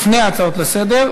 לפני הצעות לסדר-היום,